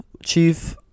chief